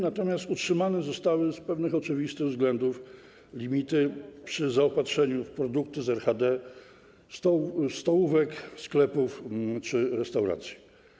Natomiast utrzymane zostały, z pewnych oczywistych względów, limity przy zaopatrzeniu w produkty z RHD stołówek, sklepów czy restauracji.